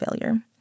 failure